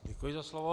Děkuji za slovo.